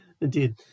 Indeed